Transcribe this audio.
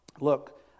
look